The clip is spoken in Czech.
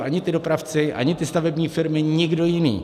Ani ti dopravci, ani stavební firmy, nikdo jiný.